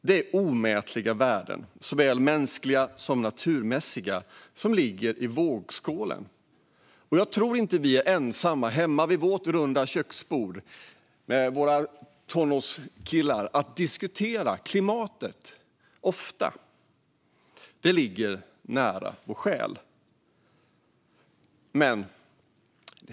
Det är omätliga värden, såväl mänskliga som naturmässiga, som ligger i vågskålen. Jag tror inte att vi är ensamma, hemma vid vårt runda köksbord med våra tonårskillar, om att ofta diskutera klimatet. Det ligger nära vår själ.